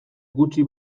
gutxi